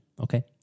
Okay